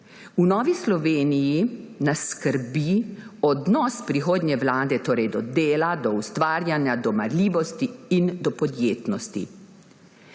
V Novi Sloveniji nas skrbi odnos prihodnje vlade do dela, do ustvarjanja, do marljivosti in do podjetnosti,